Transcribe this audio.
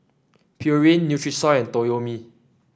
Pureen Nutrisoy and Toyomi